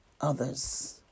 others